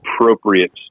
appropriate